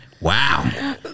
Wow